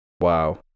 Wow